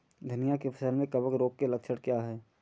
धनिया की फसल में कवक रोग के लक्षण क्या है?